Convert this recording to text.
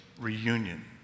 reunion